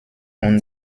und